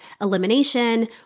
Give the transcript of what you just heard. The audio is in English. elimination